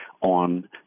on